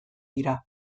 dira